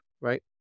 right